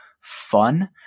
fun